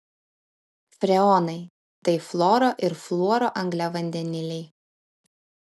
freonai tai chloro ir fluoro angliavandeniliai